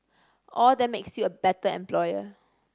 all that makes you a better employer